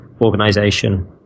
Organization